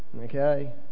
Okay